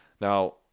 Now